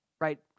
right